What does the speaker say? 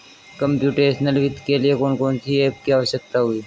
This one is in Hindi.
कंप्युटेशनल वित्त के लिए कौन कौन सी एप की आवश्यकता होगी?